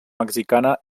mexicana